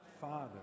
Father